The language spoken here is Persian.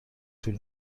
طول